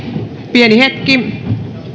pieni hetki